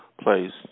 place